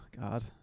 God